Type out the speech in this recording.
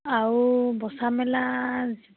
আৰু বচা মেলা